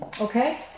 Okay